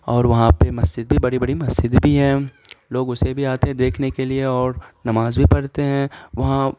اور وہاں پہ مسجد بھی بڑی بڑی مسجد بھی ہیں لوگ اسے بھی آتے ہیں دیکھنے کے لیے اور نماز بھی پڑھتے ہیں وہاں